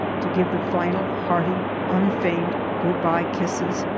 to give the final, hearty, unfeigned good-bye kisses,